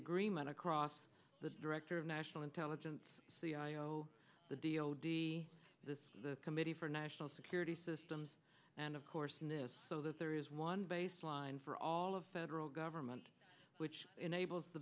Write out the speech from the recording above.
agreement across the director of national intelligence c i a o the d o d this committee for national security systems and of course in this so that there is one baseline for all of federal government which enables the